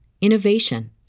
innovation